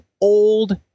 old